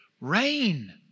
rain